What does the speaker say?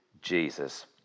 Jesus